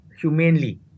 humanely